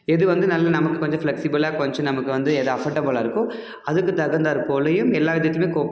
எது வந்து நல்ல நமக்கு கொஞ்சம் ஃப்ளக்ஸிபுளாக கொஞ்சம் நமக்கு வந்து எது அஃபோர்டபுளாக இருக்கோ அதுக்கு தகுந்தாற்போலையும் எல்லா விதத்திலையுமே